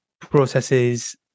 processes